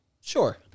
Sure